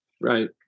Right